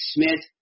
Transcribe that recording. Smith